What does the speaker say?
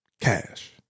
cash